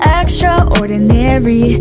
extraordinary